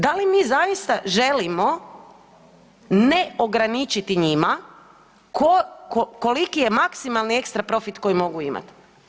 Da li mi zaista želimo ne ograničiti njima koliki je maksimalni ekstra profit koji žele imat?